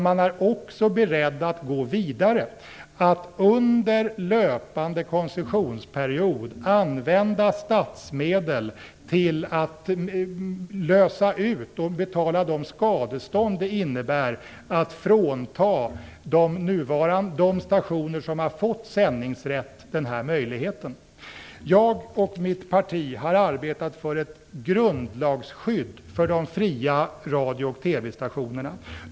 Man är också beredd att gå vidare och under löpande koncessionsperiod använda statsmedel till att lösa ut och betala de skadestånd som det innebär att frånta de stationer som fått sändningsrätt denna möjlighet. Jag och mitt parti har arbetat för ett grundlagsskydd för de fria radio och TV-stationerna.